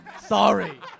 Sorry